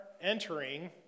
entering